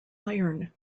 iron